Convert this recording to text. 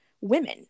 women